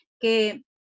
que